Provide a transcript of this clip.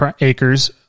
acres